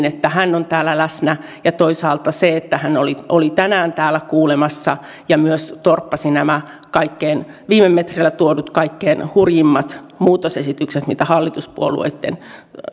että hän oli täällä läsnä ja toisaalta siitä että hän oli oli tänään täällä kuulemassa ja myös torppasi nämä viime metreillä tuodut kaikkein hurjimmat muutosesitykset mitä hallituspuolueitten